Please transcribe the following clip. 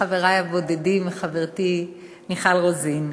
חברי הבודדים, חברתי מיכל רוזין,